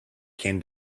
can